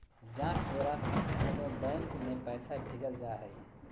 जाँच द्वारा कोनो बैंक में पैसा भेजल जा हइ